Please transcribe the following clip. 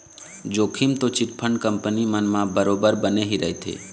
जोखिम तो chit fund company मन म बरोबर बने ही रहिथे